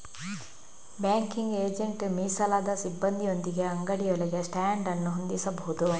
banking agent ಮೀಸಲಾದ ಸಿಬ್ಬಂದಿಯೊಂದಿಗೆ ಅಂಗಡಿಯೊಳಗೆ ಸ್ಟ್ಯಾಂಡ್ ಅನ್ನು ಹೊಂದಿಸಬಹುದು